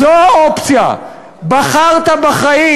זו האופציה: ובחרת בחיים.